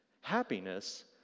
Happiness